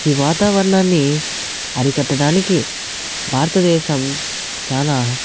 ఈ వాతావరణాన్ని అరికట్టడానికి భారతదేశం చాలా